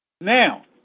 Now